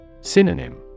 Synonym